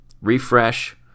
refresh